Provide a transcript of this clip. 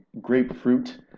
grapefruit